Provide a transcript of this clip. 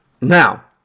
Now